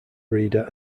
reader